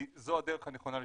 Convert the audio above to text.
כי זו הדרך הנכונה לשילוב.